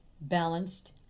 balanced